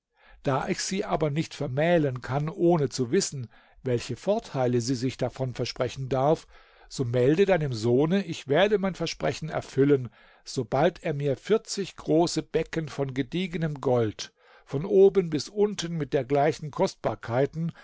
da ich sie aber nicht vermählen kann ohne zu wissen welche vorteile sie sich davon versprechen darf so melde deinem sohne ich werde mein versprechen erfüllen sobald er mir vierzig große becken von gediegenem gold von oben bis unten mit dergleichen kostbarkeiten